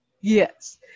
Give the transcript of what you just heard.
Yes